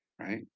right